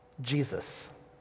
Jesus